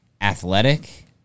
Athletic